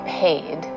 paid